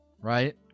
right